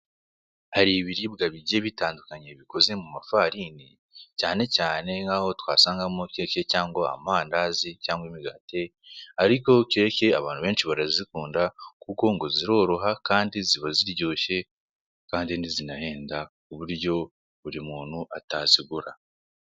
Hari ibiribwa bigiye bitandukanye bikoze mu mafarini, cyane cyane nk'ahontwasangamo keke cyangwa amandazi, cyangwa imigati, ariko keke abantu benshi barazikunda, kuko ngo ziroroha kandi ngo ziba ziryoshye, kandi ntizinahenda ku buryo buri muntu atazigura.